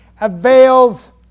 avails